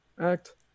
Act